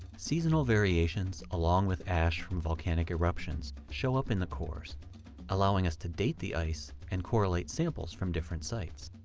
seasonal variations, along with ash from volcanic eruptions show up in the cores allowing us to date the ice and correlate samples from different different sites.